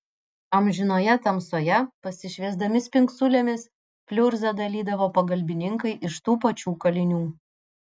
amžinoje tamsoje pasišviesdami spingsulėmis pliurzą dalydavo pagalbininkai iš tų pačių kalinių